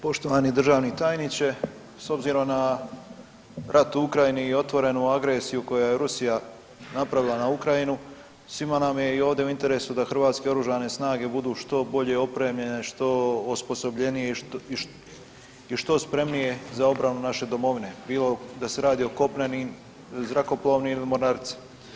Poštovani državni tajniče, s obzirom na rat u Ukrajini i otvorenu agresiju koja je Rusija napravila na Ukrajinu, svima nam je i ovdje u interesu da hrvatske Oružane snage budu što bolje opremljene, što osposobljenije i što spremnije za obranu naše domovine, bilo da se radi o kopnenim, zrakoplovnim ili mornarice.